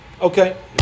Okay